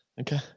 Okay